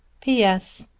p s.